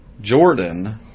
Jordan